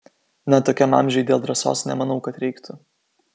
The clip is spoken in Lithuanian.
na tokiam amžiuj dėl drąsos nemanau kad reiktų